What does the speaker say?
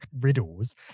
riddles